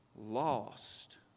Lost